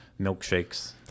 milkshakes